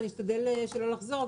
ואני אשתדל שלא לחזור על הדברים.